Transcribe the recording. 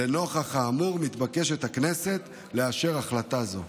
לנוכח האמור מתבקשת הכנסת לאשר החלטה זו.